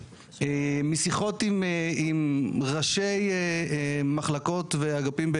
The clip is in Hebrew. משיחות עם ראשי מחלקות ואגפים,